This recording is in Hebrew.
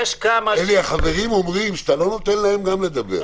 אלי, החברים אומרים שאתה לא נותן להם לדבר.